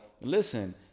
listen